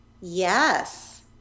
yes